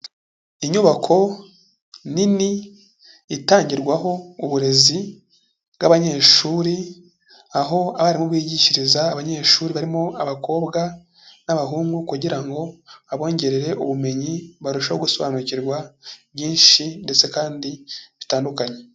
Inyubako nini itangirwaho uburezi bw'abanyeshuri, aho abarimu bigishiriza abanyeshuri barimo abakobwa n'abahungu kugira ngo abongererere ubumenyi, barusheho gusobanukirwa nyinshi ndetse kandi bitandukanye.